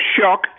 shock